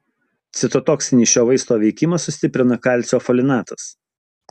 citotoksinį šio vaisto veikimą sustiprina kalcio folinatas